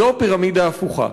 זו פירמידה הפוכה.